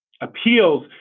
appeals